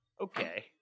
Okay